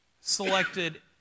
selected